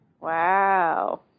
Wow